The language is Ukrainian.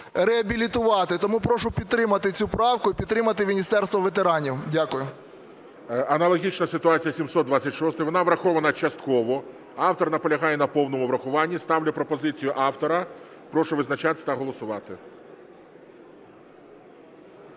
реабілітувати. Тому прошу підтримати цю правку і підтримати Міністерство ветеранів. Дякую. ГОЛОВУЮЧИЙ. Аналогічна ситуація з 726, вона врахована частково, автор наполягає на повному врахуванні. Ставлю пропозицію автора. Прошу визначатись та голосувати.